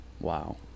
wow